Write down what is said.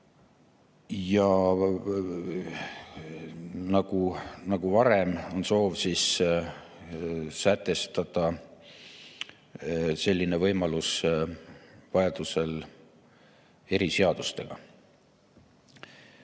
Nagu varem, on soov sätestada selline võimalus vajadusel eriseadustega. Ja